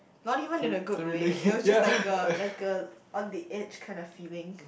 not even in a good way it was just like a like a on the edge kind of feeling